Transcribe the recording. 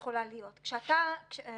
האחרון 70ב שעוסק במעצרים פליליים בישראל.